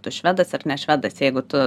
tu švedas ar ne švedas jeigu tu